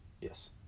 Yes